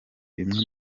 bimwe